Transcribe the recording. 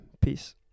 peace